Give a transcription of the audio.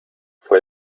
fué